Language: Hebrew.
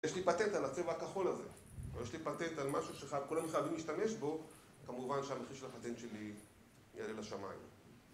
יש לי פטנט על הצבע הכחול הזה, יש לי פטנט על משהו שכולנו חייבים להשתמש בו כמובן שהמחיר של הפטנט שלי יעלה לשמיים